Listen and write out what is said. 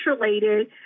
related